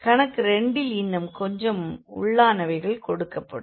கணக்கு 2 ல் இன்னும் கொஞ்சம் உள்ளானவைகள் கொடுக்கப்படும்